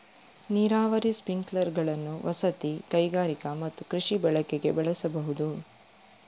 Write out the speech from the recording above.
ನೀರಾವರಿ ಸ್ಪ್ರಿಂಕ್ಲರುಗಳನ್ನು ವಸತಿ, ಕೈಗಾರಿಕಾ ಮತ್ತು ಕೃಷಿ ಬಳಕೆಗೆ ಬಳಸಬಹುದು